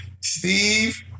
Steve